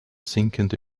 sinkende